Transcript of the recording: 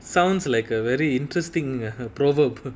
sounds like a very interesting proverb